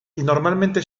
normalmente